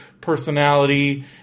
personality